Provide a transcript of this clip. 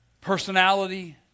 Personality